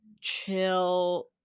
chill